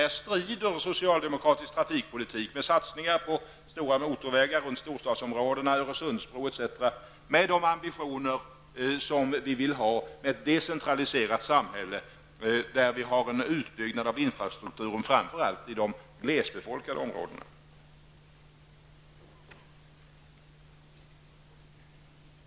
Här strider naturligtvis socialdemokratisk trafikpolitik, med satsningar på stora motorvägar runt storstadsområdena, en Öresundsbro, etc., mot de ambitioner som vi har, nämligen ett decentraliserat samhälle med en utbyggnad av infrastrukturen framför allt i de glesbefolkade områdena.